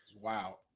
Wow